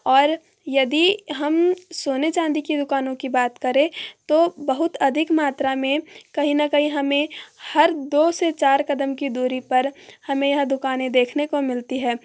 और यदि हम सोने चांदी की दुकानों की बात करें तो बहुत अधिक मात्रा में कहीं न कहीं हमें हर दो से चार कदम की दूरी पर हमें यह दुकानें देखने को मिलती है